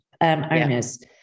owners